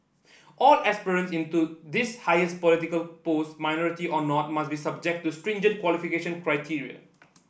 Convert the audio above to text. all aspirants in to this highest political post minority or not must be subject to stringent qualification criteria